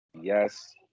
yes